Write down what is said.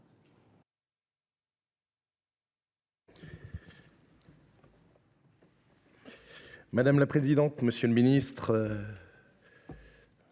Madame la présidente, monsieur le ministre,